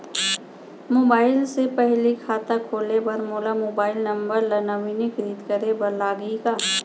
Mobile से पड़ही खाता खोले बर मोला मोबाइल नंबर ल नवीनीकृत करे बर लागही का?